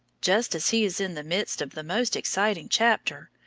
just as he is in the midst of the most exciting chapter,